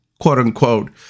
quote-unquote